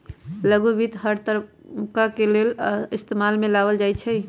लघु वित्त हर तबका के लेल इस्तेमाल में लाएल जाई छई